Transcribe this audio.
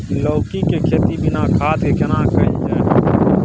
लौकी के खेती बिना खाद के केना कैल जाय?